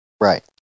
Right